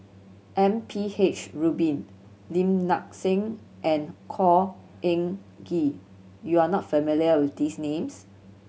M P H Rubin Lim Nang Seng and Khor Ean Ghee you are not familiar with these names